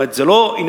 זאת אומרת,